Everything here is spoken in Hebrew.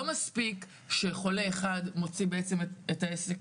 לא מספיק שחולה אחד מוציא בעצם את העסק,